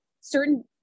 certain